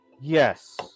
Yes